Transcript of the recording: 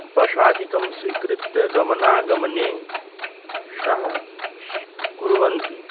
बशादिकं स्वीकृत्य गमनागमने सः श् कुर्वन्ति